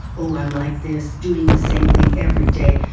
oh, i'm like this', doing the same thing every day,